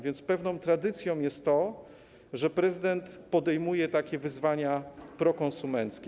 Więc pewną tradycją jest to, że prezydent podejmuje takie wyzwania prokonsumenckie.